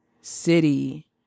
city